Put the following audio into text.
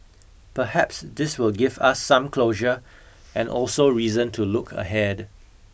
perhaps this will give us some closure and also reason to look ahead